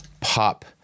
pop